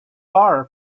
far